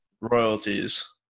royalties